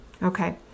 Okay